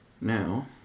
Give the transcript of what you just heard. Now